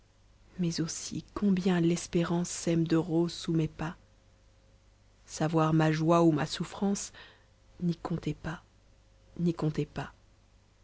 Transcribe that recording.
mais aussi combien l'espérance sème de roses sous mes pas savoir ma joie ou ma souffrance n'y comptez pas n'y comptez pas